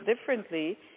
differently